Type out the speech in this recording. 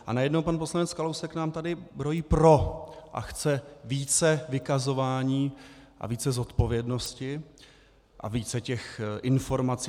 A najednou pan poslanec Kalousek nám tady brojí pro a chce více vykazování a více zodpovědnosti a více těch informací.